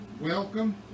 Welcome